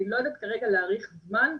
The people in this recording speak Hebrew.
אני לא יודעת כרגע להעריך זמן,